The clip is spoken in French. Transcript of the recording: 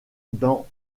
dans